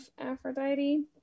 aphrodite